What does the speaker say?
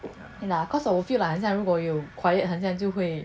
yeah lah cause 我 feel like 如果有 quiet 很像就会